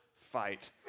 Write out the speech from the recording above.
fight